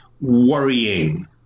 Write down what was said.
worrying